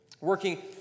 working